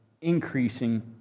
increasing